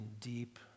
deep